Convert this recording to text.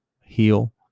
Heal